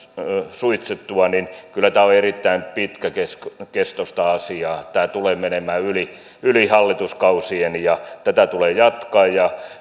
suitsittua että kyllä tämä on erittäin pitkäkestoista asiaa tämä tulee menemään yli yli hallituskausien ja tätä tulee jatkaa